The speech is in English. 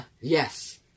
Yes